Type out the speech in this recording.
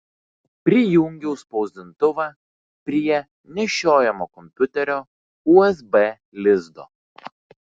prijungiau spausdintuvą prie nešiojamo kompiuterio usb lizdo